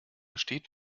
steht